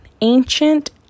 Ancient